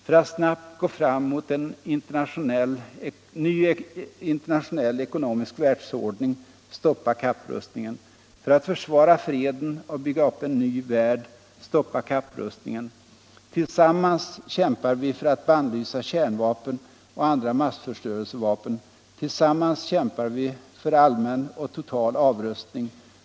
För att snabbt gå fram mot en ny internationell ekonomisk ordning —- stoppa kapprustningen! För att försvara freden och bygga upp en ny värld — stoppa kapprustningen! Tillsammans kämpar vi för att bannlysa kärnvapen och andra massförstörelsevapen. Tillsammans kämpar vi för allmän och total avrustning.